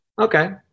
Okay